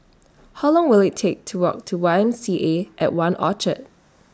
How Long Will IT Take to Walk to Y M C A At one Orchard